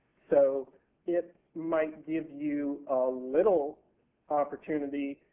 so it might give you a little opportunity,